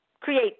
create